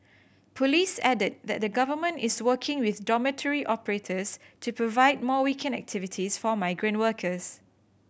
police added that the Government is working with dormitory operators to provide more weekend activities for migrant workers